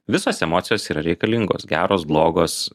visos emocijos yra reikalingos geros blogos